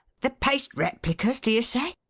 the paste replicas, do you say?